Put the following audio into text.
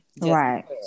Right